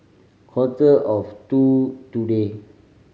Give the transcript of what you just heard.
quarter of to two today